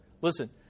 Listen